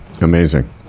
Amazing